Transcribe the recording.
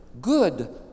good